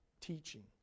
teaching